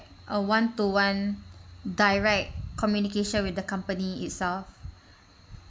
a one to one direct communication with the company itself